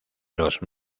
los